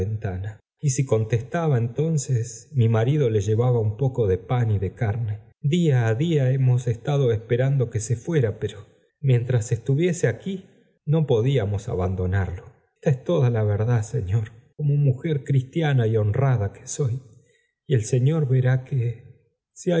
y si contestaba entonces mi marido le llevaba un poco de pan y de carne día ó día hemos estado esperando que se fuera pero mientras estuviese aquí no podíamos abandonarlo esta es toda la verdad señor como mujer cristiana y honrada que soy y el señor verá que